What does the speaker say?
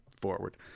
forward